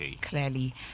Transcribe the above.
clearly